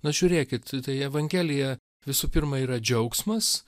na žiūrėkit tai evangelija visų pirma yra džiaugsmas